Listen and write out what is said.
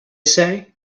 say